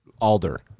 Alder